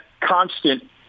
constant